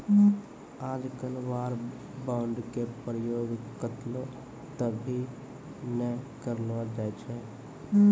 आजकल war bond के प्रयोग कत्तौ त भी नय करलो जाय छै